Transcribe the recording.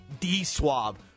D-Swab